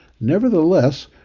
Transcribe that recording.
Nevertheless